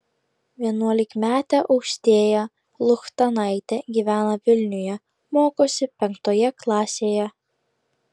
vienuolikmetė austėja luchtanaitė gyvena vilniuje mokosi penktoje klasėje